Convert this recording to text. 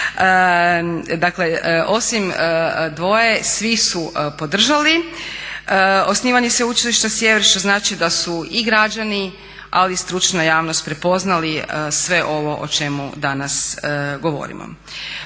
dakle osim 2 svi su podržali osnivanje sveučilišta sjever što znači da su i građani ali i stručna javnost prepoznali sve ovo o čemu danas govorimo.